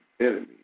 enemies